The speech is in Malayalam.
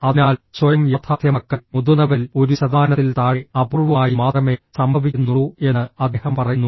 അതിനാൽ സ്വയം യാഥാർത്ഥ്യമാക്കൽ മുതിർന്നവരിൽ ഒരു ശതമാനത്തിൽ താഴെ അപൂർവ്വമായി മാത്രമേ സംഭവിക്കുന്നുള്ളൂ എന്ന് അദ്ദേഹം പറയുന്നു